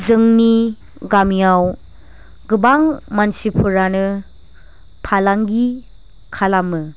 जोंनि गामियाव गोबां मानसिफोरानो फालांगि खालामो